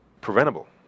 preventable